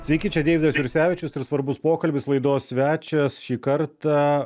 sveiki čia deividas jursevičius ir svarbus pokalbis laidos svečias šį kartą